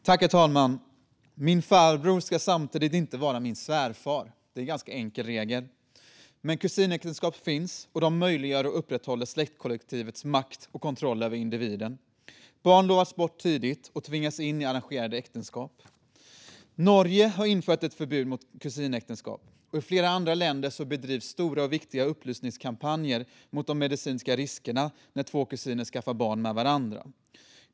Herr talman! Min farbror ska inte också vara min svärfar. Det är en ganska enkel regel. Men kusinäktenskap finns, och de möjliggör och upprätthåller släktkollektivets makt och kontroll över individen. Barn lovas bort tidigt och tvingas in i arrangerade äktenskap. Norge har infört ett förbud mot kusinäktenskap, och i flera andra länder bedrivs stora och viktiga upplysningskampanjer om de medicinska riskerna när två kusiner skaffar barn med varandra.